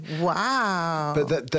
wow